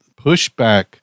pushback